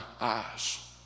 eyes